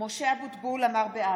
(קוראת בשמות חברי הכנסת) משה אבוטבול, בעד